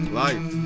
life